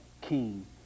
King